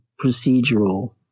procedural